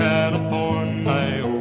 California